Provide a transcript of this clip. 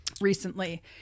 recently